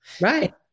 Right